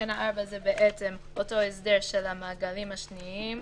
תקנה 4 זה אותו הסדר של המעגלים השניים,